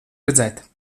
redzēt